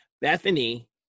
Bethany